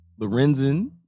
Lorenzen